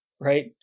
right